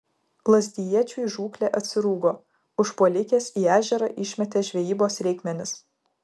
lazdijiečiui žūklė atsirūgo užpuolikės į ežerą išmetė žvejybos reikmenis